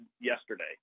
yesterday